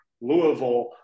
Louisville